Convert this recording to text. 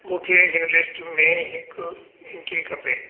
मूंखे हिन लिस्ट में हिकु एंट्री खपे